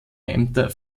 ämter